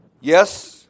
yes